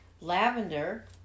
Lavender